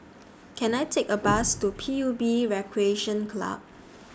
Can I Take A Bus to P U B Recreation Club